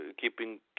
keeping